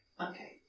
Okay